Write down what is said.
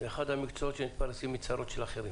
זה אחד המקצועות שמתפרנסים מצרות של אחרים.